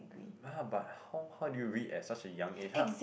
uh but how how do you read at such a young age how